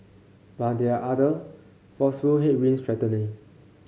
but there are other forceful headwinds threatening